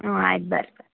ಹಾಂ ಆಯ್ತು ಬರ್ರಿ